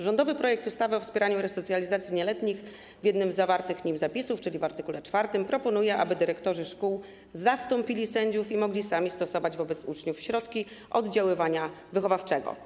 Rządowy projekt ustawy o wspieraniu i resocjalizacji nieletnich w jednym z zawartych w nim zapisów, czyli w art. 4, proponuje, aby dyrektorzy szkół zastąpili sędziów i mogli sami stosować wobec uczniów środki oddziaływania wychowawczego.